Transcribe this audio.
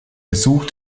besuch